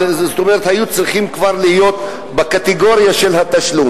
זאת אומרת היו כבר צריכים להיות בקטגוריה של התשלום.